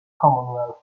commonwealth